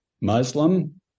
Muslim